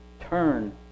Turn